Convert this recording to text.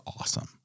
awesome